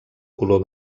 color